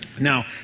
Now